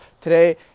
today